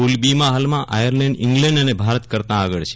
પુલ બીમાં હાલમાં Ireland England અને ભારત કરતાં આગળ છે